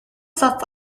satt